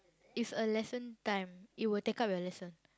it's a lesson time it will take up your lesson